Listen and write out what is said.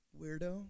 weirdo